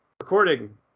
recording